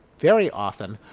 very often,